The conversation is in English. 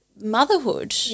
motherhood